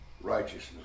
righteousness